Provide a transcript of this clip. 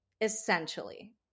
essentially